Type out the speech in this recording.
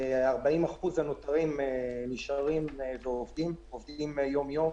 40% הנותרים נשארים ועובדים יום יום,